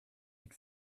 had